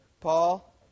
Paul